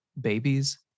babies